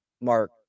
Mark